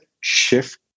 shift